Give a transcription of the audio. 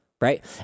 right